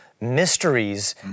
mysteries